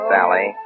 Sally